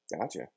Gotcha